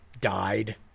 died